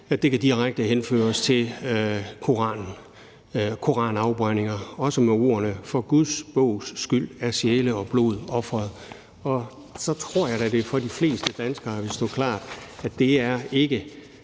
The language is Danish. at det direkte kan henføres til Koranen og koranafbrændingerne, også med ordene: For Guds bogs skyld er sjæle og blod ofret. Så tror jeg da, at det for de fleste danskere vil